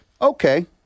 Okay